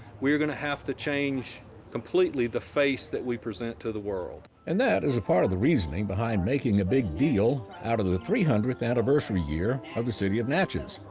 we're gonna have to change completely the face that we present to the world. and that is part of the reasoning behind making a deal out of the the three hundredth anniversary year of the city of natchez.